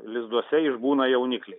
lizduose išbūna jaunikliai